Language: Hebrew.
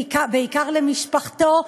בעיקר למשפחתו.